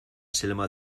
selma